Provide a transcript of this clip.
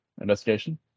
Investigation